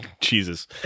Jesus